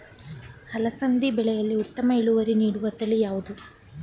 ಅಲಸಂದಿ ಬೆಳೆಯಲ್ಲಿ ಉತ್ತಮ ಇಳುವರಿ ನೀಡುವ ತಳಿ ಯಾವುದು?